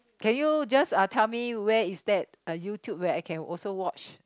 can you just uh tell me where is that uh YouTube where I can also watch